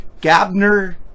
Gabner